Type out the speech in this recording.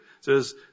says